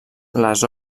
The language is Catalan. les